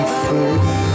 first